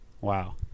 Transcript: Wow